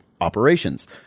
operations